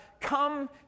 come